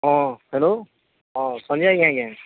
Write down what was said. ହଁ ହ୍ୟାଲୋ ହଁ ସଞ୍ଜୟ ଭାଇ କି ଆଜ୍ଞା